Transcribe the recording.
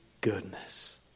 goodness